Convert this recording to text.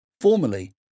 Formally